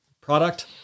product